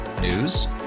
News